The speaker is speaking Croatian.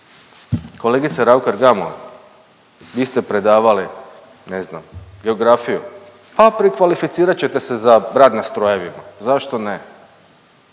Kolegice Raukar Gamulin, vi ste predavali ne znam geografiju, pa prekvalificirat ćete se za rad na strojevima, zašto ne?